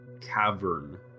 cavern